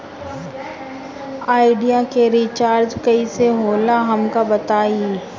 Idea के recharge कईसे होला हमका बताई?